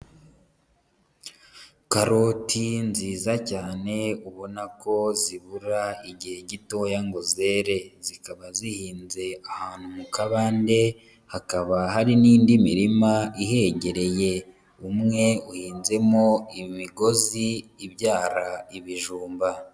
Karoti nziza cyane ubona ko zibura igihe gitoya ngo zere, zikaba zihinze ahantu mu kabande hakaba hari n'indi mirima ihegereye umwe uhinzemo imigozi ibyara ibijumba.